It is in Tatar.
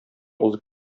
узып